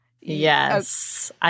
Yes